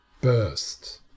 burst